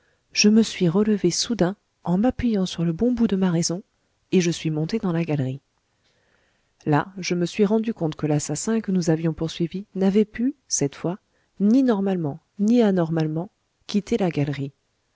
je me suis soudain relevé en m'appuyant sur le bon bout de ma raison et je suis monté dans la galerie là je me suis rendu compte que l'assassin que nous avions poursuivi n'avait pu cette fois ni normalement ni anormalement quitter la galerie